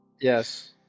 Yes